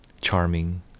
charming